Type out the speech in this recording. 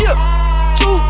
Two